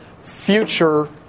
future